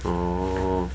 orh